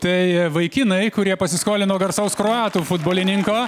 tai vaikinai kurie pasiskolino garsaus kroatų futbolininko